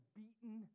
beaten